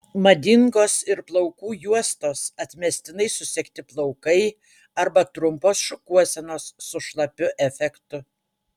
madingos ir plaukų juostos atmestinai susegti plaukai arba trumpos šukuosenos su šlapiu efektu